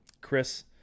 Chris